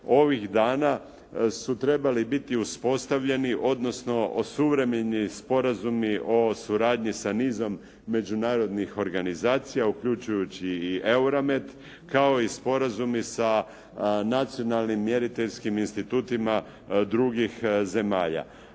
ovih dana su trebali biti uspostavljeni, odnosno uspostavljeni suvremeni sporazumi o suradnji sa nizom međunarodnih organizacija uključujući i EUROMET kao i sporazumi sa nacionalnim mjeriteljskim institutima drugih zemalja,